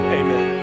amen